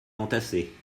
entassés